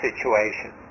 Situation